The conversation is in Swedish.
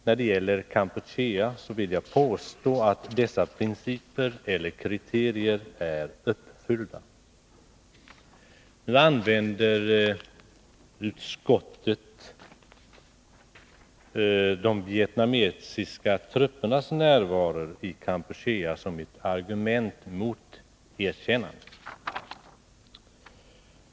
När det gäller Kampuchea vill jag påstå att dessa principer eller kriterier är uppfyllda. Nu använder utskottet de vietnamesiska truppernas närvaro i Kampuchea som ett argument mot ett erkännande.